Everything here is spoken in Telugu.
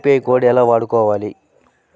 యూ.పీ.ఐ కోడ్ ఎలా వాడుకోవాలి?